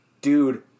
dude